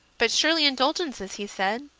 but, surely, indulgences! he said.